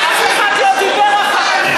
אף אחד לא דיבר אחריך.